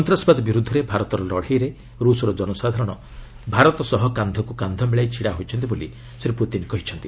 ସନ୍ତାସବାଦ ବିରୁଦ୍ଧରେ ଭାରତର ଲଢ଼େଇରେ ରୁଷ୍ର ଜନସାଧାରଣ ଭାରତ ସହ କାନ୍ଧକ୍ କାନ୍ଧ ମିଳାଇ ଛିଡ଼ା ହୋଇଛନ୍ତି ବୋଲି ଶ୍ରୀ ପ୍ରତିନ୍ କହିଛନ୍ତି